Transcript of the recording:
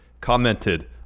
commented